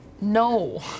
No